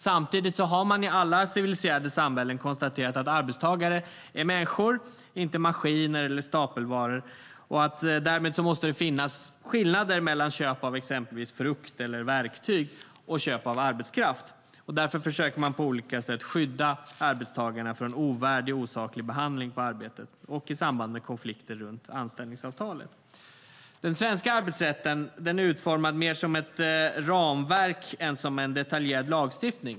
Samtidigt har man i alla civiliserade samhällen konstaterat att arbetstagare är människor, inte maskiner eller stapelvaror, och att det därmed måste finnas skillnader mellan köp av exempelvis frukt eller verktyg och köp av arbetskraft. Därför försöker man på olika sätt skydda arbetstagarna från en ovärdig och osaklig behandling på arbetet och i samband med konflikter runt anställningsavtalet. Den svenska arbetsrätten är utformad mer som ett ramverk än som en detaljerad lagstiftning.